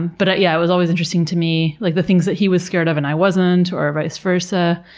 but yeah, it was always interesting to me, like, the things that he was scared of and i wasn't, or vice versa.